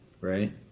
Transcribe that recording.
Right